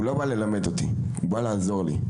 הוא לא בא ללמד אותי, הוא בא לעזור לי,